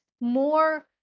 more